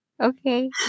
Okay